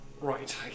Right